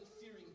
fearing